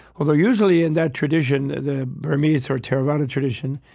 although usually, in that tradition, the burmese or theravada tradition,